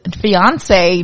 fiance